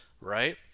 right